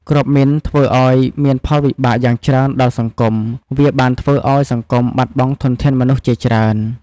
គ្រាប់មីនធ្វើឲ្យមានផលវិបាកយ៉ាងច្រើនដល់សង្គម វាបានធ្វើឲ្យសង្គមបាត់បង់ធនធានមនុស្សជាច្រើន។